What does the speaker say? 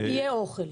יהיה אוכל?